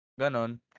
ganon